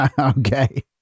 Okay